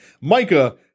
Micah